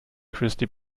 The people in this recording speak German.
christie